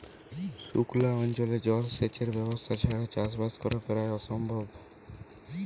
সুক্লা অঞ্চলে জল সেচের ব্যবস্থা ছাড়া চাষবাস করা প্রায় অসম্ভব